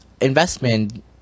investment